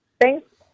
thanks